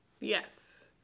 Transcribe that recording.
Yes